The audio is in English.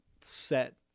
set